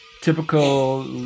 typical